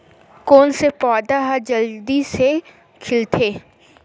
कोन से पौधा ह जल्दी से खिलथे?